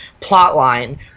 plotline